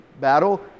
battle